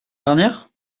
dernière